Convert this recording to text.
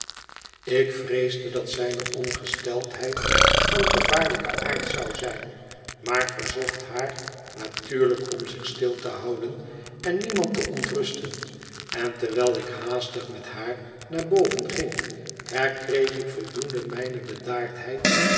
ik vreesde dat zijne ongesteldheid van gevaarlijken aard zou zijn maar verzocht haar natuurlijk om zich stil te houden en niemand te ontrusten en terwijl ik haastig met haar naar boven ging herkreeg ik voldoende mijne